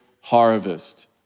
harvest